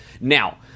Now